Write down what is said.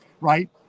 right